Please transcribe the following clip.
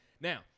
Now